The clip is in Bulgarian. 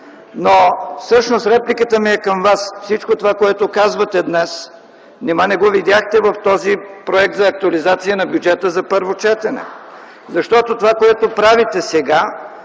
Ви слуша?”. Репликата е към Вас. Всичко това, което казвате днес, нима не го видяхте в този проект за актуализация на бюджета за първо четене? Защото това, което правите сега,